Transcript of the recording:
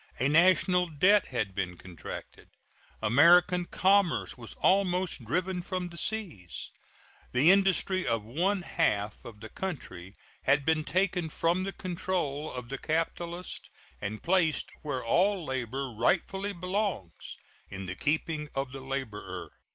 a national debt had been contracted american commerce was almost driven from the seas the industry of one-half of the country had been taken from the control of the capitalist and placed where all labor rightfully belongs in the keeping of the laborer.